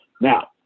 Now